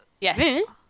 Yes